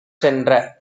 றென்ற